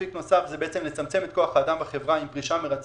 אפיק נוסף הוא לצמצם את כוח האדם בחברה עם פרישה ברצון,